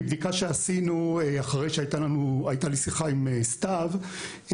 מבדיקה שעשינו אחרי שהייתה לי שיחה עם סתיו,